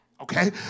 Okay